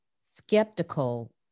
skeptical